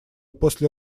после